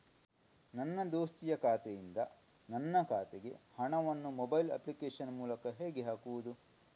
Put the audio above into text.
ನನ್ನ ದೋಸ್ತಿಯ ಖಾತೆಯಿಂದ ನನ್ನ ಖಾತೆಗೆ ಹಣವನ್ನು ಮೊಬೈಲ್ ಅಪ್ಲಿಕೇಶನ್ ಮೂಲಕ ಹೇಗೆ ಹಾಕುವುದು?